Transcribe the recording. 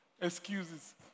Excuses